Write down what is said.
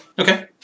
Okay